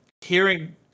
hearing